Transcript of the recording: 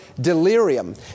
delirium